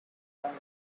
trench